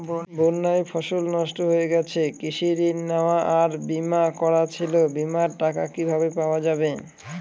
বন্যায় ফসল নষ্ট হয়ে গেছে কৃষি ঋণ নেওয়া আর বিমা করা ছিল বিমার টাকা কিভাবে পাওয়া যাবে?